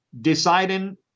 deciding